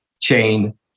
chain